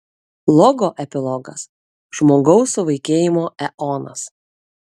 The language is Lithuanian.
logo epilogas žmogaus suvaikėjimo eonas